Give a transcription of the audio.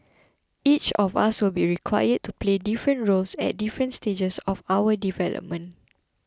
each of us will be required to play different roles at different stages of our development